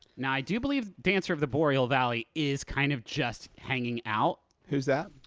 now, i do believe dancer of the boreal valley is kind of just hanging out. who's that?